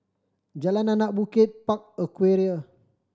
Jalan Anak Bukit Park Aquaria